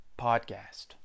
podcast